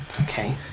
okay